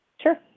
Sure